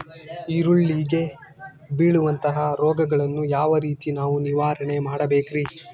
ಈರುಳ್ಳಿಗೆ ಬೇಳುವಂತಹ ರೋಗಗಳನ್ನು ಯಾವ ರೇತಿ ನಾವು ನಿವಾರಣೆ ಮಾಡಬೇಕ್ರಿ?